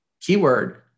keyword